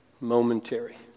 Momentary